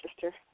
sister